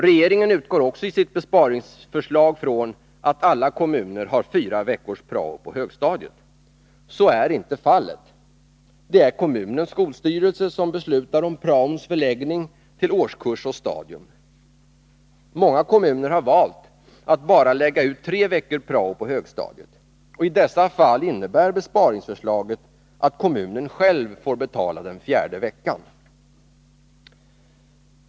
Regeringen utgår också i sitt besparingsförslag från att alla kommuner har fyra veckors prao på högstadiet. Så är inte fallet. Det är kommunens skolstyrelse som beslutar om praons förläggning till årskurs och stadium. Många kommuner har valt att bara lägga ut tre veckors prao på högstadiet. I dessa fall innebär besparingsförslaget att kommunen själv får betala den fjärde veckan.